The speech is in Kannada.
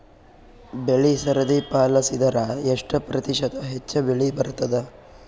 ಬೆಳಿ ಸರದಿ ಪಾಲಸಿದರ ಎಷ್ಟ ಪ್ರತಿಶತ ಹೆಚ್ಚ ಬೆಳಿ ಬರತದ?